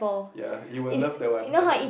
ya you will love that one Hollen